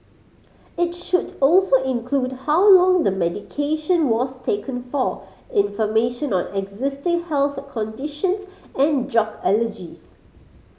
it should also include how long the medication was taken for information on existing health conditions and drug allergies